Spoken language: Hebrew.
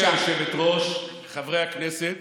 גברתי היושבת-ראש, חברי הכנסת,